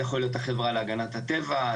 זה יכול להיות החברה להגנת הטבע,